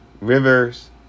Rivers